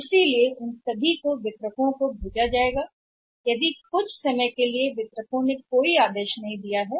इसलिए उन्हें वितरकों को भी भेजा जाएगा कुछ समय के लिए एक वितरक को कोई आदेश नहीं दिया जाता है